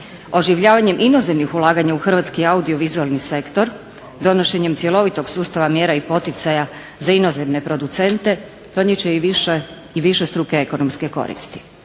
Oživljavanjem inozemnih ulaganja u hrvatski audiovizualni sektor, donošenjem cjelovitog sustava mjera i poticaja za inozemne producente donijet će i višestruke ekonomske koristi.